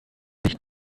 nicht